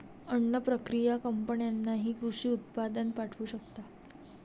अन्न प्रक्रिया कंपन्यांनाही कृषी उत्पादन पाठवू शकतात